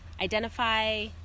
identify